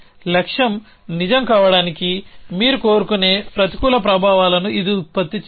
లక్ష్యం నిజం కావడానికి మీరు కోరుకునే ప్రతికూల ప్రభావాల ను ఇది ఉత్పత్తి చేయదు